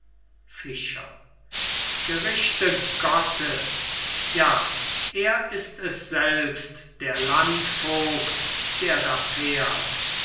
gerichte gottes ja er ist es selbst der landvogt der da fährt